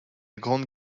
grande